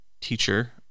teacher